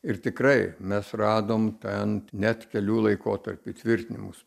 ir tikrai mes radom ten net kelių laikotarpių įtvirtinimus